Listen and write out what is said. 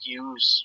use